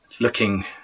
looking